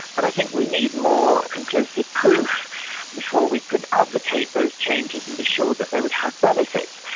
but i think we need more conclusive proof before we could advocate those changes and be sure that they would have benefits.